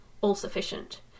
all-sufficient